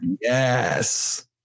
yes